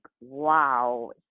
Wow